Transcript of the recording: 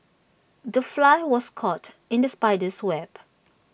the fly was caught in the spider's web